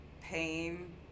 pain